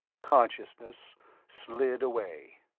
consciousness slid away.